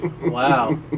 Wow